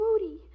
moody